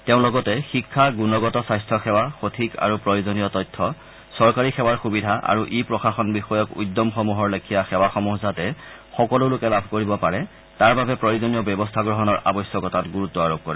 তেওঁ লগতে শিক্ষা গুণগত স্বাস্থ্যসেৱা সঠিক আৰু প্ৰয়োজনীয় তথ্য চৰকাৰী সেৱাৰ সুবিধা আৰু ই প্ৰশাসন বিষয়ক উদ্যমসমূহৰ লেখিয়া সেৱাসমূহ যাতে সকলো লোকে লাভ কৰিব পাৰে তাৰ বাবে প্ৰয়োজনীয় ব্যৱস্থা গ্ৰহণৰ আৱশ্যকতাৰ ওপৰত গুৰুত্ব আৰোপ কৰে